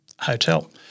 hotel